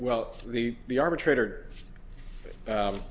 well the the arbitrator